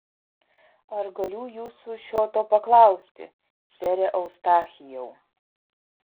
ar galiu jūsų šio to paklausti sere eustachijau